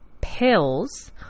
pills